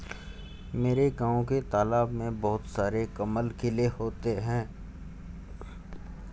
मेरे गांव के तालाब में बहुत सारे कमल खिले होते हैं